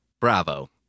Bravo